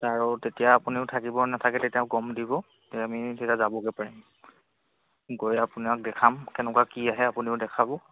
আৰু তেতিয়া আপুনিও থাকিব নেথাকে তেতিয়া গম দিব তে আমি তেতিয়া যাবগৈ পাৰিম গৈয়ে আপোনাক দেখাম কেনেকুৱা কি আহে আপুনিও দেখাব